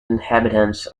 inhabitants